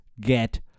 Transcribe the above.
get